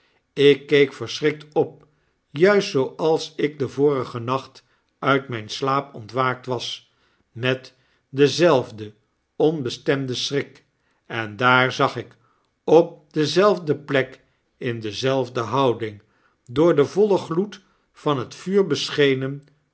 ik keek verschrikt op juist zooals ik den vorigen nacht uit mijn slaap ontwaakt was met denzelfden onbestemden schrik en daar zag ik op dezelfde plek in dezelfde houding door den vollen gloed van het vuur beschenen